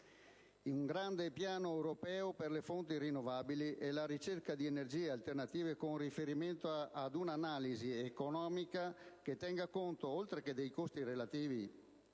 un grande piano europeo per le fonti rinnovabili e la ricerca di energie alternative con riferimento ad una analisi economica che tenga conto, oltre che dei costi relativi